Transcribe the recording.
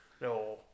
no